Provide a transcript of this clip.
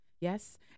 Yes